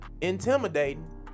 intimidating